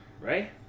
right